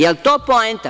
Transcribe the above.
Je li to poenta?